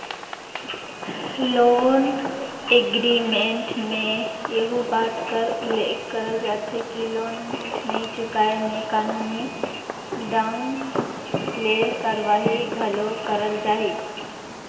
loan agreement में एहू बात कर उल्लेख करल जाथे कि लोन नी चुकाय में कानूनी ढंग ले कारवाही घलो करल जाही